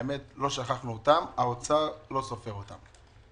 האמת היא שלא שכחנו אותם, האוצר לא סופר אותם.